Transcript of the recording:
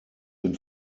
den